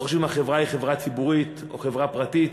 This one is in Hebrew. לא חשוב אם החברה היא חברה ציבורית או חברה פרטית,